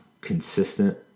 consistent